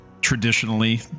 traditionally